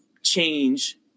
change